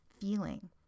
feeling